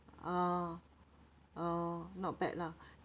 uh oh not bad lah